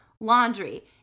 laundry